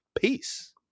Peace